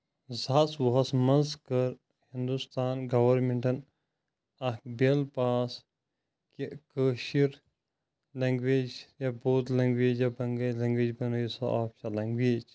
زٕ ساس وُہ ہس منٛز کٔر ہندوستان گورمینٹن اکھ بل پاس کہِ کٲشٕر لیٚنگویج یا بود لیٚنگویج یا بنگٲلۍ لیٚنگویج بنٲیو سا آفشل لیٚنگویج